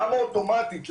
למה אוטומטית?